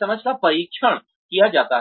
समझ का परीक्षण किया जाता है